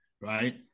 right